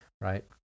right